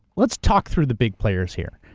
let's talk through the big players here.